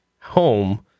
home